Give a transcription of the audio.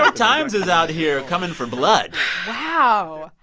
but times is out here coming for blood wow,